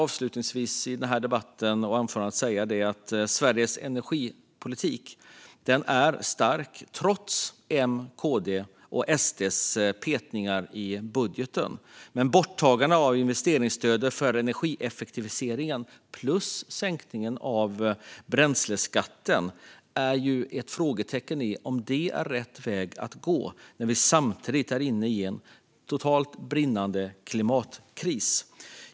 Avslutningsvis vill jag säga att Sveriges energipolitik är stark trots att M, KD och SD har varit inne och petat i budgeten. Men det är ett frågetecken om borttagandet av investeringsstödet för energieffektiviseringen liksom sänkningen av bränsleskatten är rätt väg att gå när vi samtidigt befinner oss i en brinnande klimatkris.